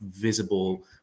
visible